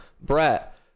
Brett